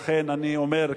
לכן אני אומר,